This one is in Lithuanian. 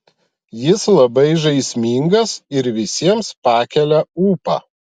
jis labai žaismingas ir visiems pakelia ūpą